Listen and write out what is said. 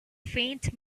faint